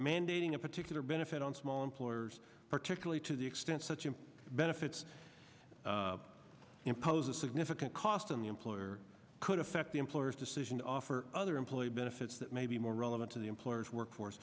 mandating a particular benefit on small employers particularly to the extent such a benefits impose a significant cost on the employer could affect the employer's decision to offer other employee benefits that may be more relevant to the employer's workforce